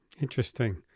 Interesting